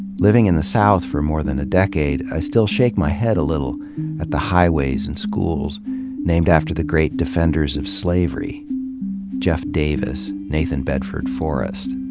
living in the south for more than a decade, i still shake my head a little at the highways and schools named after the great defenders of slavery jeff davis, nathan bedford forrest.